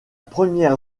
première